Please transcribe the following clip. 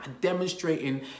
demonstrating